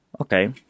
Okay